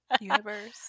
universe